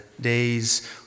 days